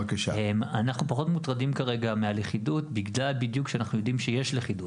אנחנו פחות מוטרדים כרגע מהלכידות בדיוק בגלל שאנחנו יודעים שיש לכידות.